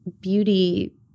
beauty